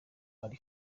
ari